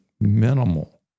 minimal